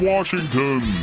Washington